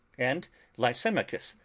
and lysimachus,